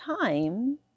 time